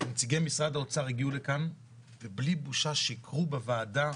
ונציגי משרד האוצר הגיעו לכאן ובלי בושה שיקרו בוועדה,